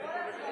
בכל הצבעים.